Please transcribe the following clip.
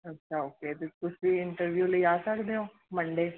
ਅੱਛਾ ਓਕੇ ਅਤੇ ਤੁਸੀਂ ਇੰਟਰਵਿਊ ਲਈ ਆ ਸਕਦੇ ਹੋ ਮੰਡੇ